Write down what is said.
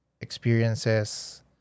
experiences